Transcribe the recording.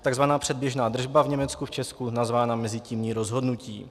Takzvaná předběžná držba v Německu, v Česku nazvána mezitímní rozhodnutí.